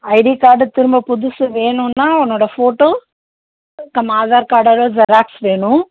ID card திரும்ப புதுசு வேணுன்னா உன்னோட ஃபோட்டோ ஆதார் கார்டோட ஜெராக்ஸ் வேணும்